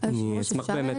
אין אפשרות